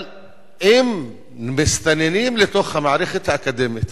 אבל אם מסתננים לתוך המערכת האקדמית